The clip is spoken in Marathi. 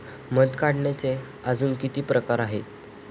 मध काढायचे अजून किती प्रकार आहेत?